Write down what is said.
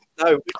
no